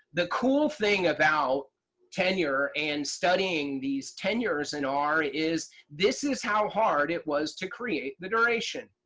the cool thing about tenure and studying these ten years in r is this is how hard it was to create the duration.